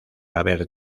haber